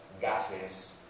gases